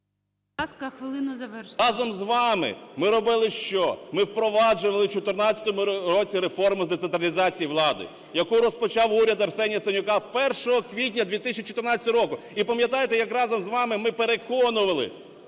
Разом з вами ми робили що? Ми впроваджували в 14-му році реформу з децентралізації влади, яку розпочав уряд Арсенія Яценюка 1 квітня 2014 року. І пам'ятаєте, як разом з вами ми переконували